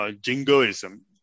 jingoism